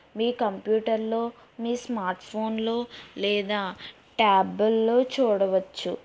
మీ కంప్యూటర్లో మీ స్మార్ట్ ఫోన్లో లేదా ట్యాబుల్లో చూడవచ్చు